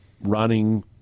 running